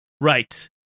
Right